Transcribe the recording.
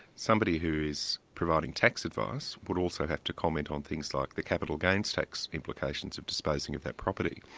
somebody who is providing tax advice would also have to comment on things like the capital gains tax implications of disposing of that property.